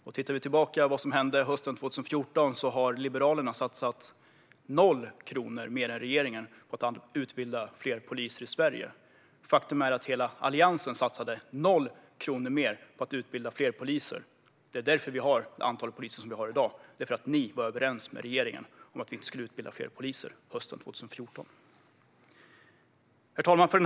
Om vi tittar tillbaka på vad som hände hösten 2014 ser vi att Liberalerna satsade 0 kronor mer än regeringen på att utbilda fler poliser i Sverige. Faktum är att hela Alliansen satsade 0 kronor mer på att utbilda fler poliser. Det är därför vi har det antal poliser som vi har i dag: Ni var överens med regeringen hösten 2014 om att vi inte skulle utbilda fler poliser. Herr talman!